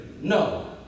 No